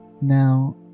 Now